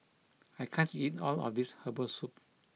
I can't eat all of this Herbal Soup